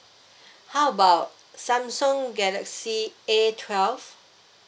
how about samsung galaxy A twelve